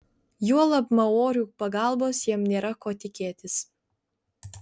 juolab maorių pagalbos jam nėra ko tikėtis